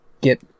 get